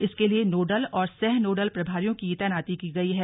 इसके लिए नोडल और सह नोडल प्रभारियों की तैनाती की गई है